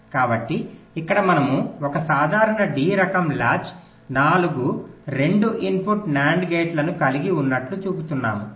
కాబట్టి ఇక్కడ మనము ఒక సాధారణ D రకం లాచ్ 4 రెండు ఇన్పుట్ NAND గేట్లను కలిగి ఉన్నట్లు చూపుతున్నాము